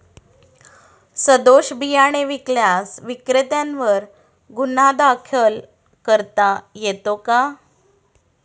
सदोष बियाणे विकल्यास विक्रेत्यांवर गुन्हा दाखल करता येतो का?